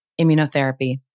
immunotherapy